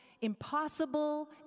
Impossible